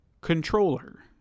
controller